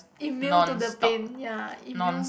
immune to the pain ya immune